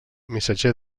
missatger